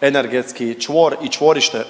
energetski čvor i čvorište